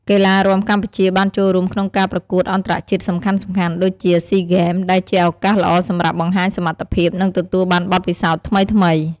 កីឡារាំកម្ពុជាបានចូលរួមក្នុងការប្រកួតអន្តរជាតិសំខាន់ៗ ដូចជា សុីហ្គេម ដែលជាឱកាសល្អសម្រាប់បង្ហាញសមត្ថភាព និងទទួលបានបទពិសោធន៍ថ្មីៗ។